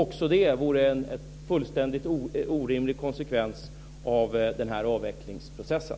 Också det vore en fullständigt orimlig konsekvens av avvecklingsprocessen.